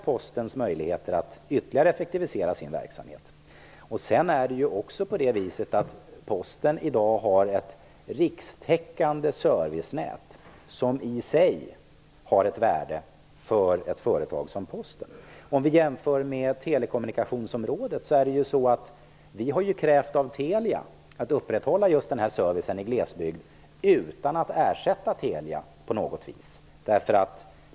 Postens möjligheter att ytterligare effektivisera sin verksamhet. Sedan har Posten i dag också ett rikstäckande servicenät, som i sig har ett värde för ett företag som Posten. Om man jämför med telekommunikationsområdet, har vi krävt att Telia skall upprätthålla just servicen i glesbygd utan att vi ersätter Telia på något sätt.